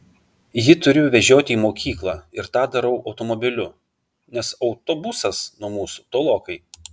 jį turiu vežioti į mokyklą ir tą darau automobiliu nes autobusas nuo mūsų tolokai